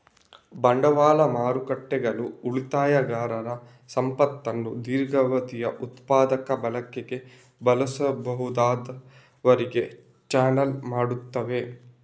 ಬಂಡವಾಳ ಮಾರುಕಟ್ಟೆಗಳು ಉಳಿತಾಯಗಾರರ ಸಂಪತ್ತನ್ನು ದೀರ್ಘಾವಧಿಯ ಉತ್ಪಾದಕ ಬಳಕೆಗೆ ಬಳಸಬಹುದಾದವರಿಗೆ ಚಾನಲ್ ಮಾಡುತ್ತವೆ